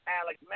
Alex